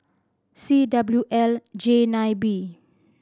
C W L J nine B